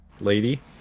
Lady